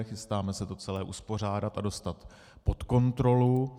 Chystáme se to celé uspořádat a dostat pod kontrolu.